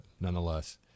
nonetheless